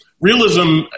realism